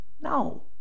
No